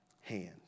hand